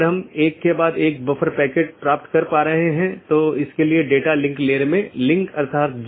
यदि तय अवधी के पूरे समय में सहकर्मी से कोई संदेश प्राप्त नहीं होता है तो मूल राउटर इसे त्रुटि मान लेता है